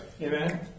amen